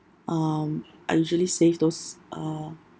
um I usually save those uh